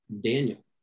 Daniel